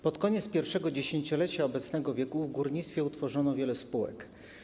Pod koniec pierwszego dziesięciolecia obecnego wieku w górnictwie utworzono wiele spółek.